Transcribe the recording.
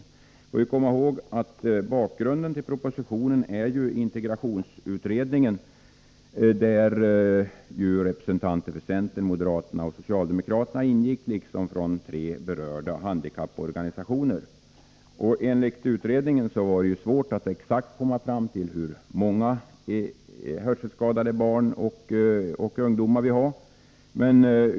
derallmännaskol= Vi skall komma ihåg att bakgrunden till propositionen är integrationsutredningen, där representanter för centern, moderaterna och socialdemokraterna samt de berörda handikapporganisationerna ingick. Enligt utredningen var det svårt att exakt säga hur många hörselskadade barn och ungdomar vi har.